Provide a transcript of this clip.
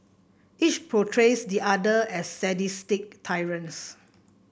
each portrays the other as sadistic tyrants